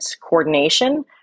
coordination